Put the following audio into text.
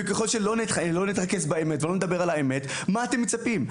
ככל שלא נתרכז באמת ולא נדבר על האמת מה אתם מצפים?